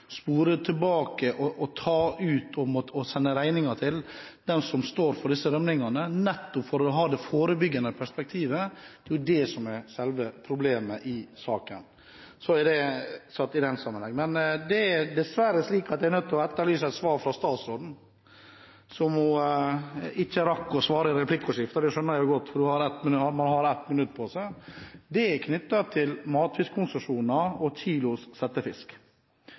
spore tilbake og sende regningen til dem som står for disse rømningene, nettopp for å ha det forebyggende perspektivet. Det er det som er selve problemet i saken i den sammenheng. Men det er dessverre slik at jeg er nødt til å etterlyse et svar fra statsråden. Hun rakk ikke å svare i replikkordskiftet – det skjønner jeg godt, for man har 1 minutt på seg. Spørsmålet er knyttet til matfiskkonsesjoner og settefisk på 1 kg. Det er